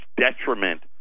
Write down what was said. detriment